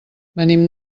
venim